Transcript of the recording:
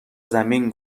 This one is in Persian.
زمین